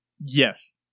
Yes